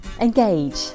Engage